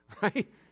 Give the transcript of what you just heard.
right